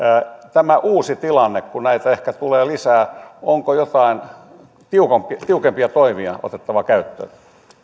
tämä on uusi tilanne kun näitä ehkä tulee lisää niin onko jotain tiukempia tiukempia toimia otettava käyttöön